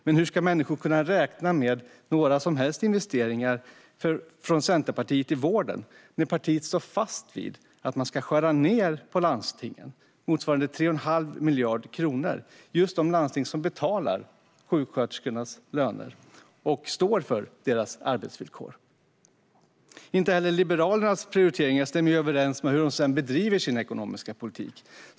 Men hur ska människor kunna räkna med några centerpartistiska investeringar i vården när partiet står fast vid att skära ned anslagen till landstingen med 3 1⁄2 miljard kronor? Det är ju just landstingen som betalar sjuksköterskornas löner och står för deras arbetsvillkor. Inte heller Liberalernas prioriteringar stämmer överens med hur de bedriver sin ekonomiska politik.